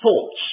thoughts